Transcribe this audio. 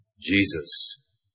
Jesus